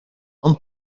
one